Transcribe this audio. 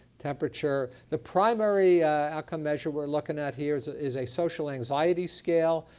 temperature. the primary outcome measure we're looking at here is ah is a social anxiety scale,